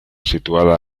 situada